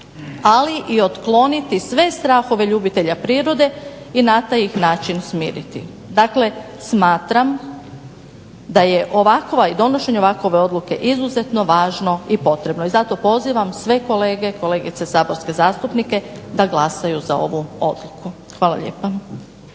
ali i otkloniti sve strahove ljubitelja prirode i na taj ih način smiriti. Dakle, smatram da je donošenje ovakve odluke izuzetno važno i potrebno. I zato pozivam sve kolege i kolegice saborske zastupnice da glasaju za ovu odluku. Hvala lijepa.